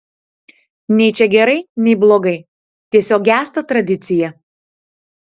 nei čia gerai nei blogai tiesiog gęsta tradicija